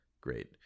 great